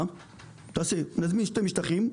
נזמין שני משטחים,